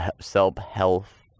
self-health